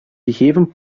gegeven